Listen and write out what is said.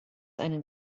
einen